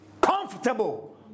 comfortable